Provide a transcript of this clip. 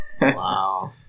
Wow